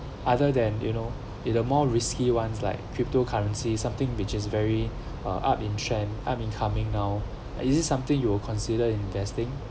other than you know the the more risky ones like cryptocurrency something which is very ah up in trend I mean coming now is it something you will consider investing